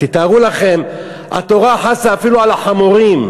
תתארו לכם: התורה חסה אפילו על חמורים.